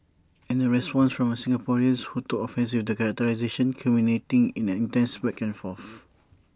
and A response from A Singaporean who took offence with that characterisation culminating in an intense back and forth